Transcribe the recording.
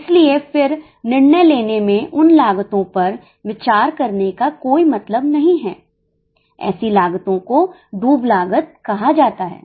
इसलिए फिर निर्णय लेने में उन लागतों पर विचार करने का कोई मतलब नहीं है ऐसी लागतो को डूब लागत कहा जाता है